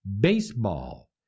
baseball